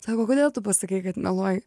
sako kodėl tu pasakei kad meluoji